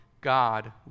God